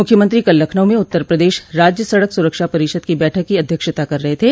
मुख्यमंत्री कल लखनऊ में उत्तर प्रदेश राज्य सड़क सुरक्षा परिषद की बैठक की अध्यक्षता कर रहे थे